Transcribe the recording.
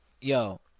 Yo